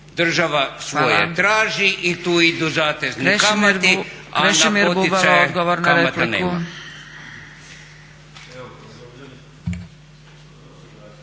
Država svoje traži i tu idu zatezni kamati, a na poticaje kamata nema.